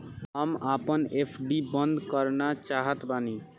हम आपन एफ.डी बंद करना चाहत बानी